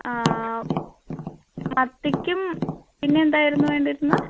ആ മത്തിയ്ക്കും പിന്നെ എന്തായിരുന്നു വേണ്ടിയിരുന്നത്